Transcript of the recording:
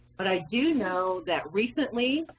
but i do know that recently,